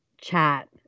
chat